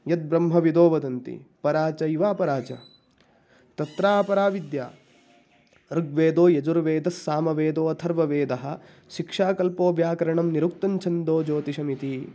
यद्ब्रह्मविदः वदन्ति परा चैव अपरा च तत्रापराविद्या ऋग्वेदो यजुर्वेदस्सामवेदोथर्ववेदः शिक्षा कल्पो व्याकरणं निरुक्तञ्छन्दो ज्योतिषमिति